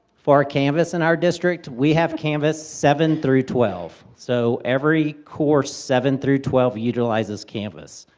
for canvass in our district, we have canvass seven through twelve. so every course seven through twelve utilizes canvas.